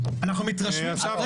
אנחנו מתרשמים --- אסף, תודה רבה.